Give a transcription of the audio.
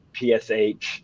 PSH